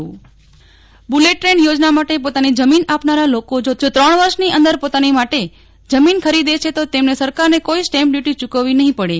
Nehal Thakkar bullet train bullet train થોજના માટે પોતાની જમીન આપનારા લોકોજો ત્રણ વર્ષની અંદર પોરની માટે જમીન ખરીદે છે તો તેમને સરકારને કોઈ સ્ટેમ્પ ડ્યુટી યૂકવવી નહિ પડે